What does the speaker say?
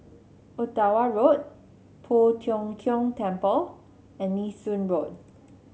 Ottawa Road Poh Tiong Kiong Temple and Nee Soon Road